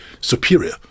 superior